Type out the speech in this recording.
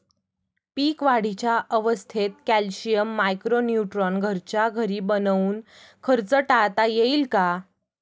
पीक वाढीच्या अवस्थेत calcium, micro neutron घरच्या घरी बनवून खर्च टाळता येईल का?